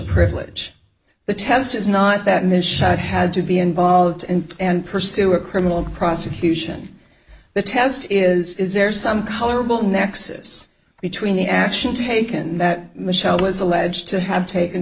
privilege the test is not that ms shot had to be involved and and pursue a criminal prosecution the test is is there some colorable nexus between the action taken that michelle is alleged to have taken